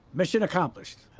mission accomplished.